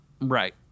right